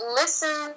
listen